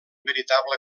veritable